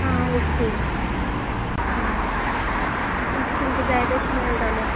आं ओके आं तुमकां तुमकां जाय तशें मेळटले